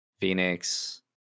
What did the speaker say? Phoenix